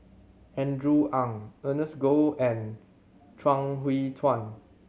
Andrew Ang Ernest Goh and Chuang Hui Tsuan